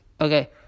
Okay